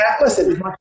listen